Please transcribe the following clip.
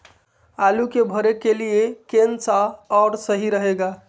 आलू के भरे के लिए केन सा और सही रहेगा?